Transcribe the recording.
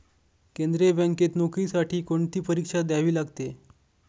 केंद्रीय बँकेत नोकरीसाठी कोणती परीक्षा द्यावी लागते?